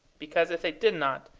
because if they did not,